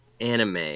anime